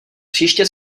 příště